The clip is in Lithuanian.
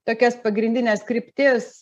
tokias pagrindines kryptis